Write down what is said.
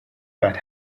pat